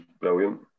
brilliant